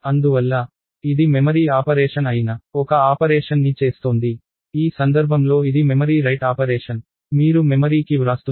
అందువల్ల ఇది memory operation అయిన ఒక ఆపరేషన్ ని చేస్తోంది ఈ సందర్భంలో ఇది మెమరీ రైట్ ఆపరేషన్ మీరు మెమరీ కి వ్రాస్తున్నారు